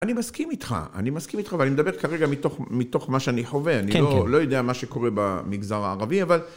אני מסכים איתך, אני מסכים איתך, ואני מדבר כרגע מתוך מה שאני חווה, אני לא יודע מה שקורה במגזר הערבי, אבל...